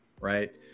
right